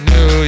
New